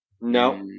No